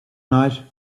night